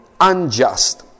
unjust